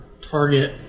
Target